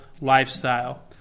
lifestyle